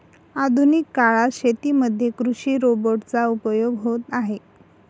आधुनिक काळात शेतीमध्ये कृषि रोबोट चा उपयोग होत आहे